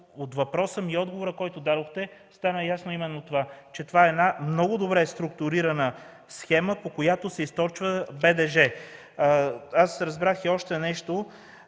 от въпроса ми и отговора, който дадохте, стана ясно именно това – че това е много добре структурирана схема, по която се източва БДЖ. Разбрах и още нещо